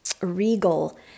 regal